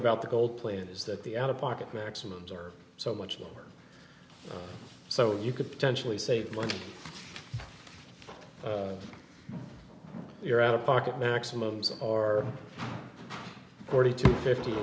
about the gold plan is that the out of pocket maximums are so much more so you could potentially save money you're out of pocket maximums are forty to fifty